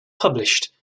published